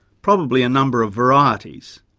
probably a number of varieties.